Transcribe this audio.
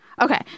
Okay